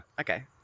Okay